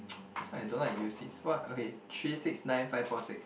that's why I don't like to use this what okay three six nine five four six